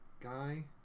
guy